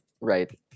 Right